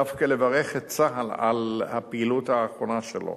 דווקא לברך את צה"ל על הפעילות האחרונה שלו,